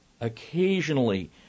occasionally